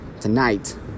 tonight